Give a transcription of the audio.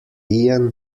ian